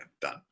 done